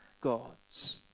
gods